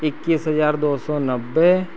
इक्कीस हज़ार दो सौ नब्बे